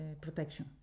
protection